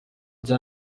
rya